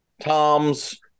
Tom's